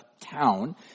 town